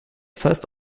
first